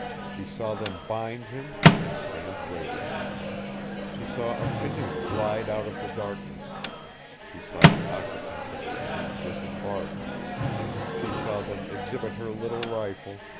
she saw them bind him, and stand waiting she saw a canoe glide out of the darkness she saw the occupants of the canoe disembark she saw them exhibit her little rifle,